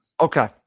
Okay